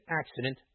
accident